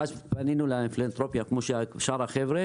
ואז פנינו לפילנתרופיה כמו ששאר החבר'ה